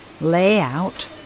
layout